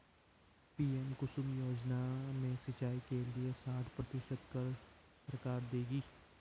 PM Kusum योजना में सिंचाई के लिए साठ प्रतिशत क़र्ज़ सरकार देगी